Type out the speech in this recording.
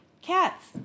Cats